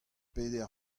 peder